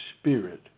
spirit